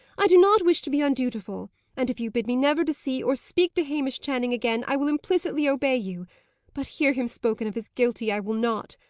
i do not wish to be undutiful and if you bid me never to see or speak to hamish channing again, i will implicitly obey you but, hear him spoken of as guilty, i will not.